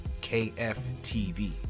KFTV